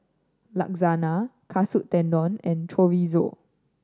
Lasagna Katsu Tendon and Chorizo